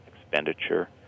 expenditure